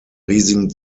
riesigen